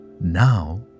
Now